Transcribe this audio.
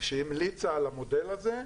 שהמליצה על המודל הזה,